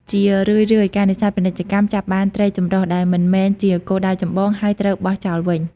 ជារឿយៗ ការនេសាទពាណិជ្ជកម្មចាប់បាន ត្រីចម្រុះ ដែលមិនមែនជាគោលដៅចម្បង ហើយត្រូវបោះចោលវិញ។